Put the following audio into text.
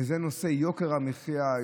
וזה נושא יוקר המחיה,